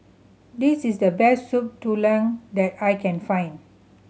this is the best Soup Tulang that I can find